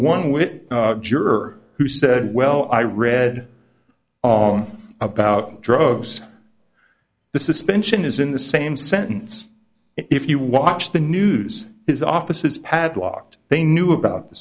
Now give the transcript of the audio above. one whit juror who said well i read on about drugs the suspension is in the same sentence if you watch the news his office is padlocked they knew about the